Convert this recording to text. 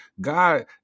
God